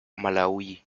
malaui